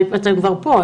אתם כבר פה,